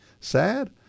Sad